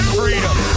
freedom